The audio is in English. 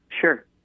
Sure